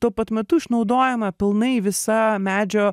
tuo pat metu išnaudojama pilnai visa medžio